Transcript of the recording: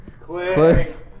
Cliff